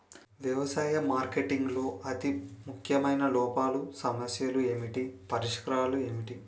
వ్యవసాయ మార్కెటింగ్ లో అతి ముఖ్యమైన లోపాలు సమస్యలు ఏమిటి పరిష్కారాలు ఏంటి?